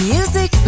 Music